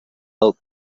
del